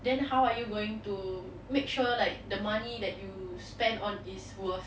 then how are you going to make sure like the money that you spend on is worth